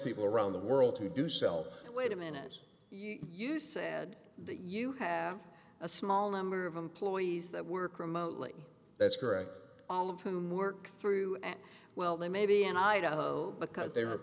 people around the world who do sell it wait a minute you said you have a small number of employees that work remotely that's correct all of whom work through at well they may be and i don't know because they were